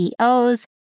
CEOs